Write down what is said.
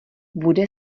bude